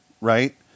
right